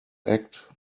act